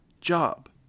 job